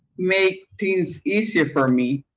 made things easier for me.